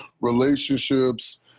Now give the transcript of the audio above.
relationships